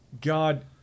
God